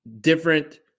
different